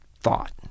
Thought